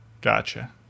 Gotcha